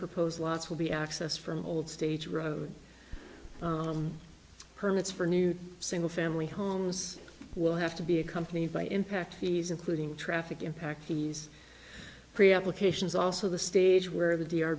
proposed lots will be accessed from old stage road permits for new single family homes will have to be accompanied by impact he's including traffic impact piece pre application is also the stage where the d